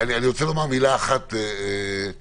אני רוצה לומר מילה אחת לסיכום.